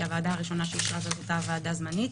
הוועדה הראשונה שאישרה זאת הייתה הוועדה הזמנית.